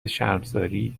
شرمساری